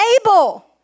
Abel